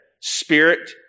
Spirit